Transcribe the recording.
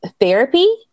therapy